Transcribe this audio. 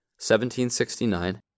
1769